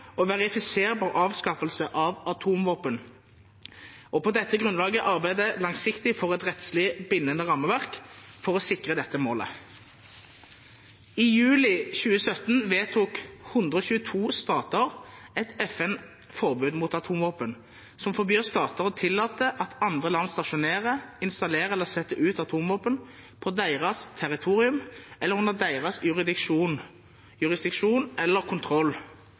og verifiserbar avskaffelse av atomvåpen, og på dette grunnlaget arbeide langsiktig for et rettslig bindende rammeverk for å sikre dette målet.» I juli 2017 vedtok 122 stater et FN-forbud mot atomvåpen, som forbyr stater å tillate at andre land stasjonerer, installerer eller setter ut atomvåpen på deres territorium eller under deres jurisdiksjon eller kontroll.